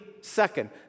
second